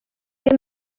què